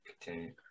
continue